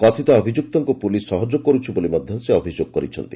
କଥିତ ଅଭିଯୁକ୍ତଙ୍କୁ ପୁଲିସ୍ ସହଯୋଗ କରୁଛି ବୋଲି ମଧ ସେ ଅଭିଯୋଗ କରିଛନ୍ତି